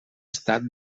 estat